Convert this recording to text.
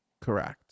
Correct